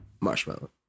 Marshmallow